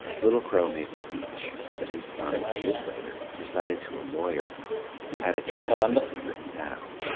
little crow made a speech that his son, years later, recited to a lawyer who had it translated and written down.